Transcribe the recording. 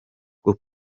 bwo